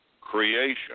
creation